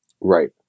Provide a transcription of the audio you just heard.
Right